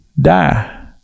die